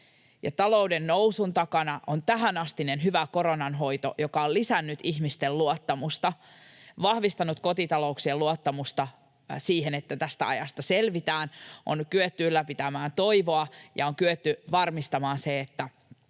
talouden nousun takana on tähänastinen hyvä koronanhoito, joka on lisännyt ihmisten luottamusta, vahvistanut kotitalouksien luottamusta siihen, että tästä ajasta selvitään. On kyetty ylläpitämään toivoa, ja on kyetty varmistamaan se, että